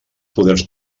poders